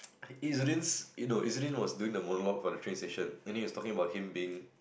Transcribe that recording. you know was doing a monologue for the train station and then he was talking about him being